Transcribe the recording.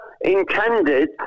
intended